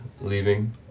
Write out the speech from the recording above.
leaving